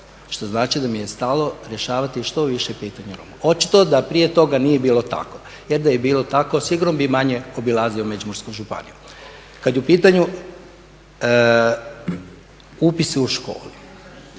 što znači da mi je stalo rješavati što više pitanja Roma. Očito da prije toga nije bilo tako jer da je bilo tako sigurno bi manje obilazio Međimursku županiju. Kad je u pitanju upis u škole,